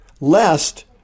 lest